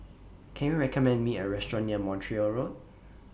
Can YOU recommend Me A Restaurant near Montreal Road